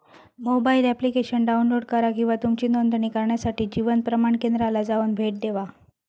mobile application download करा किंवा तुमची नोंदणी करण्यासाठी जीवन प्रमाण केंद्राला जाऊन भेट देवा